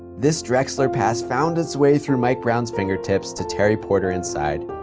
this drexler pass found its way through mike brown's fingertips to terry porter inside,